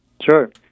Sure